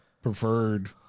Preferred